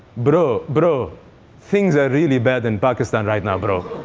bro bro things are really bad in pakistan right now bro.